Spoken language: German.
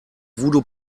voodoo